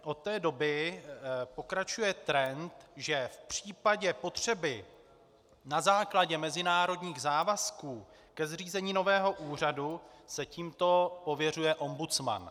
Od té doby pokračuje trend, že v případě potřeby na základě mezinárodních závazků ke zřízení nového úřadu se tímto pověřuje ombudsman.